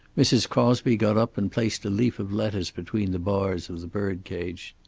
mrs. crosby got up and placed a leaf of lettuce between the bars of the bird cage.